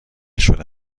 شده